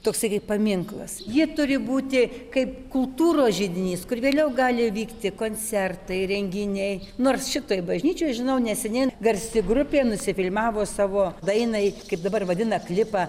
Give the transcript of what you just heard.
toksai kaip paminklas ji turi būti kaip kultūros židinys kur vėliau gali vykti koncertai renginiai nors šitoj bažnyčioj žinau neseniai garsi grupė nusifilmavo savo dainai kaip dabar vadina klipą